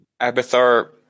abathar